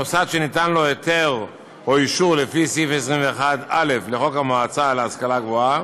מוסד שניתן לו היתר או אישור לפי סעיף 21א לחוק המועצה להשכלה גבוהה,